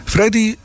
Freddy